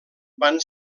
van